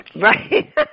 Right